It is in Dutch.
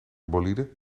bolide